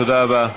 תודה רבה.